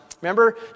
Remember